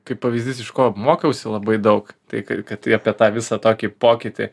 kaip pavyzdys iš ko mokiausi labai daug tai kad tai apie tą visą tokį pokytį